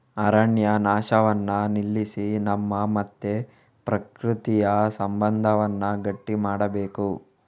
ಅರಣ್ಯ ನಾಶವನ್ನ ನಿಲ್ಲಿಸಿ ನಮ್ಮ ಮತ್ತೆ ಪ್ರಕೃತಿಯ ಸಂಬಂಧವನ್ನ ಗಟ್ಟಿ ಮಾಡ್ಬೇಕು